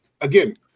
Again